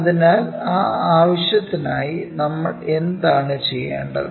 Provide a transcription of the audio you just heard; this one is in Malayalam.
അതിനാൽ ആ ആവശ്യത്തിനായി നമ്മൾ എന്താണ് ചെയ്യേണ്ടത്